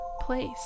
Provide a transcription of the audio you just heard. place